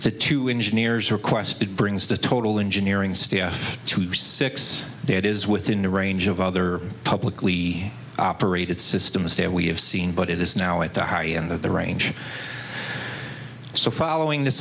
the two engineers requested brings the total engineering staff to six that is within the range of other publicly operated systems that we have seen but it is now at the high end of the range so following this